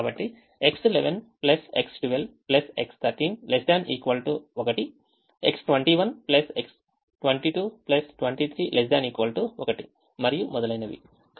కాబట్టి X11 X12 X13 ≤ 1 X21 22 23 ≤ 1 మరియు మొదలైనవి